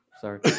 Sorry